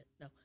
No